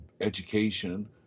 education